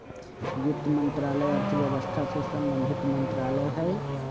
वित्त मंत्रालय अर्थव्यवस्था से संबंधित मंत्रालय हइ